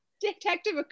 Detective